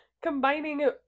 Combining